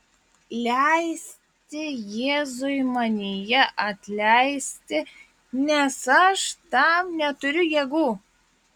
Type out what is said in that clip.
leisti jėzui manyje atleisti nes aš tam neturiu jėgų